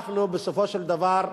אנחנו, בסופו של דבר,